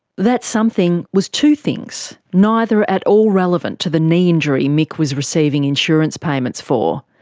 that something was two things, neither at all relevant to the knee injury mick was receiving insurance payments for.